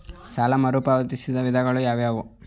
ಸಾಲ ಮರುಪಾವತಿಯ ವಿಧಾನಗಳು ಯಾವುವು?